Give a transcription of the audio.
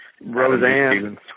Roseanne